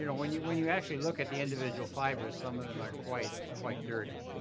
you know, when you when you actually look at the individual fiber, some of them are quite quite dirty.